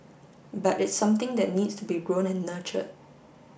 but it's something that needs to be grown and nurtured